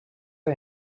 als